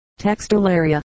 Textilaria